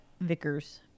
Vickers